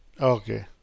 Okay